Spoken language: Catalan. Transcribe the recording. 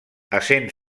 essent